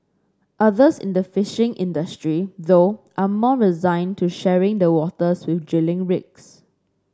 others in the fishing industry though are more resigned to sharing the waters with drilling rigs